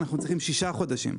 צריכים שישה חודשים.